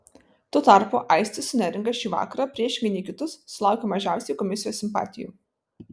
tuo tarpu aistis su neringa šį vakarą priešingai nei kitus sulaukė mažiausiai komisijos simpatijų